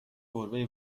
گربه